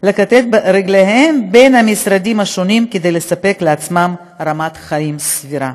לכתת רגליהם בין המשרדים כדי להבטיח לעצמם רמת חיים סבירה.